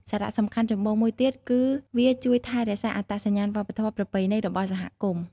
សារៈសំខាន់ចម្បងមួយទៀតគឺវាជួយថែរក្សាអត្តសញ្ញាណវប្បធម៌ប្រពៃណីរបស់សហគមន៍។